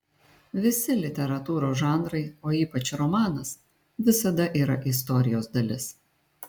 visi literatūros žanrai o ypač romanas visada yra istorijos dalis